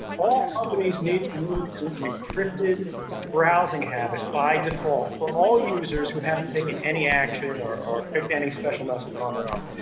all companies need to move to an encrypted browsing habit by default for all users who haven't taken any action or or picked any special methods on their own.